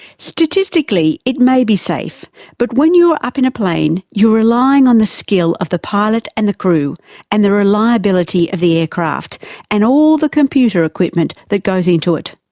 statistically it may be safe but when you're up in a plane you're relying on the skill of the pilot and the crew and the reliability of the aircraft and all the computer equipment that goes into it.